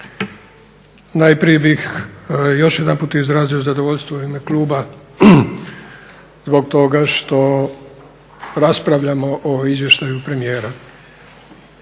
Najprije bih još jedanput izrazio zadovoljstvo u ime kluba zbog toga što raspravljamo o izvještaju premijera,